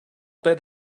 bet